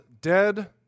dead